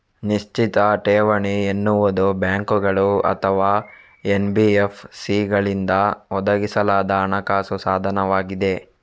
ನಿಶ್ಚಿತ ಠೇವಣಿ ಎನ್ನುವುದು ಬ್ಯಾಂಕುಗಳು ಅಥವಾ ಎನ್.ಬಿ.ಎಫ್.ಸಿಗಳಿಂದ ಒದಗಿಸಲಾದ ಹಣಕಾಸು ಸಾಧನವಾಗಿದೆ